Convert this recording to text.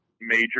Major